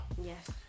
Yes